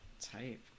Type